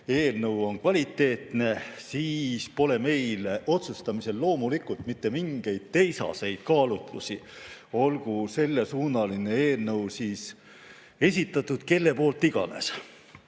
eelnõu on kvaliteetne, siis pole meil otsustamisel loomulikult mitte mingeid teisi kaalutlusi, olgu sellesuunaline eelnõu ükskõik kelle esitatud. Erinevalt mõnest